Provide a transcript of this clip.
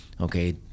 okay